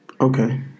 Okay